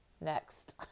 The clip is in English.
next